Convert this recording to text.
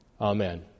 Amen